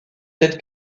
telles